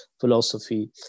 philosophy